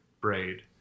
Braid